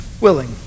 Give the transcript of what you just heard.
willing